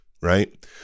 right